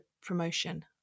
promotion